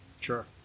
Sure